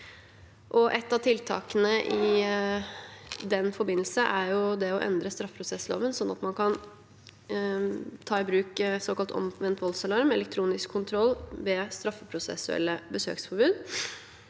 Et av tiltakene i den forbindelse er å endre straffeprosessloven, sånn at man kan ta i bruk såkalt omvendt voldsalarm, elektronisk kontroll ved straffeprosessuelle besøksforbud.